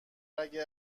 اگه